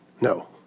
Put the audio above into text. No